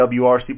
wrc